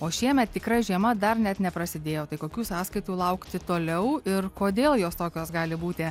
o šiemet tikra žiema dar net neprasidėjo tai kokių sąskaitų laukti toliau ir kodėl jos tokios gali būti